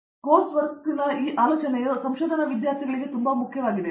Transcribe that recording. ಅರಂದಾಮ Singh course ಕೆಲಸದ ಈ ಆಲೋಚನೆಯು ಸಂಶೋಧನಾ ವಿದ್ಯಾರ್ಥಿಗಳಿಗೆ ತುಂಬಾ ಮುಖ್ಯವಾಗಿದೆ